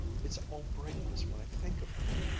it's all brightness when i think of her.